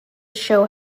show